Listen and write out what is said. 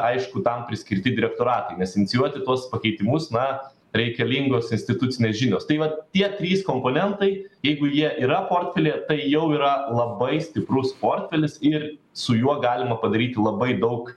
aišku tam priskirti direktoratai nes inicijuoti tuos pakeitimus na reikalingos institucinės žinios tai vat tie trys komponentai jeigu jie yra portfelyje jau yra labai stiprus portfelis ir su juo galima padaryti labai daug